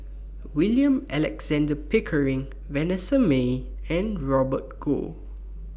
William Alexander Pickering Vanessa Mae and Robert Goh